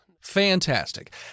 Fantastic